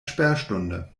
sperrstunde